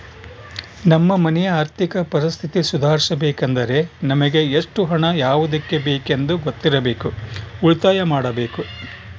ನಮ್ಮ ಮನೆಯ ಆರ್ಥಿಕ ಪರಿಸ್ಥಿತಿ ಸುಧಾರಿಸಬೇಕೆಂದರೆ ನಮಗೆ ಎಷ್ಟು ಹಣ ಯಾವುದಕ್ಕೆ ಬೇಕೆಂದು ಗೊತ್ತಿರಬೇಕು, ಉಳಿತಾಯ ಮಾಡಬೇಕು